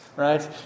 right